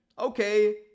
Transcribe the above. Okay